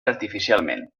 artificialment